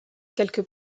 quelques